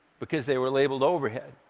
because they were labeled overhead.